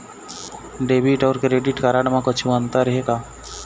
Debit अऊ credit card म कुछू अंतर हे का?